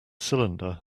cylinder